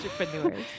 entrepreneurs